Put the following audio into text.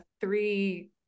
three